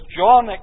John